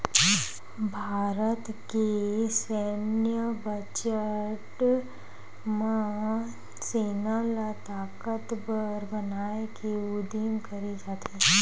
भारत के सैन्य बजट म सेना ल ताकतबर बनाए के उदिम करे जाथे